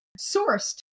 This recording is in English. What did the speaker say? sourced